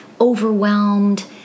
overwhelmed